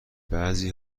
بعضی